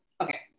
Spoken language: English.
okay